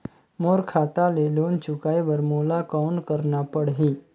मोर खाता ले लोन चुकाय बर मोला कौन करना पड़ही?